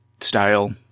style